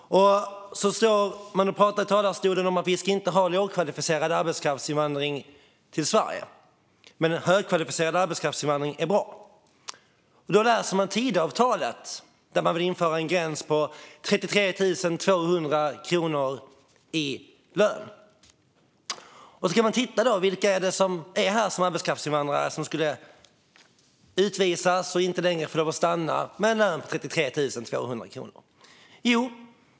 Nu pratas det i talarstolen om att vi inte ska ha lågkvalificerad arbetskraftsinvandring till Sverige, men den högkvalificerade arbetskraftsinvandringen är bra. Enligt Tidöavtalet vill man införa en gräns på 33 200 kronor i lön. Vi kan titta på vilka som är här som arbetskraftsinvandrare med en lön under 33 200 kronor, som inte längre skulle få lov att stanna utan skulle utvisas.